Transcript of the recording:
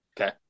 Okay